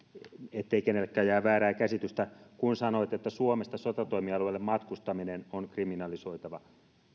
ettei kenellekään jää väärää käsitystä kun sanoit että suomesta sotatoimialueelle matkustaminen on kriminalisoitava